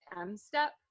M-STEP